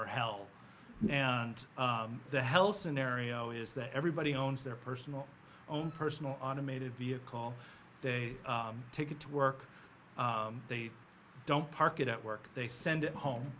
or hell and the hell scenario is that everybody owns their personal own personal automated vehicle they take it to work they don't park it at work they send it home